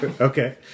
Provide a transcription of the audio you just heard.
Okay